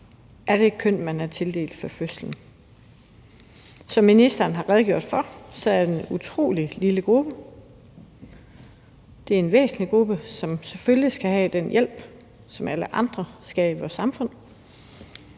er det køn, man er tildelt fra fødslen. Som ministeren har redegjort for, er det en utrolig lille gruppe. Det er en væsentlig gruppe, som selvfølgelig skal have den hjælp, som alle andre skal i vores samfund.